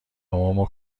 بابامو